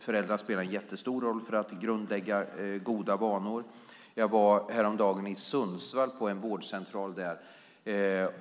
Föräldrar spelar en stor roll för att grundlägga goda vanor. Jag var häromdagen i Sundsvall på en vårdcentral.